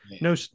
No